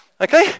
Okay